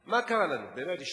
מה קרה לנו, באמת השתגענו?